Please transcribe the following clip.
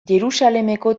jerusalemeko